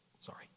Sorry